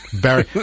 Barry